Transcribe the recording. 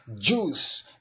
juice